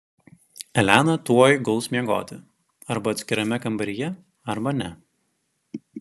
elena tuoj guls miegoti arba atskirame kambaryje arba ne